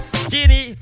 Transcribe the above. skinny